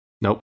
Nope